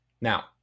Now